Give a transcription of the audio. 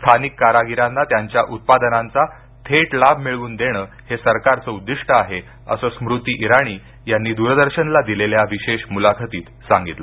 स्थानिक कारागिरांना त्यांच्या उत्पादनांचा थेट लाभ मिळवून देण हे सरकारचं उद्दिष्ट आहे अस स्मृती इराणी यांनी दूरदर्शनला दिलेल्या विशेष मुलाखतीत सांगितलं